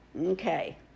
Okay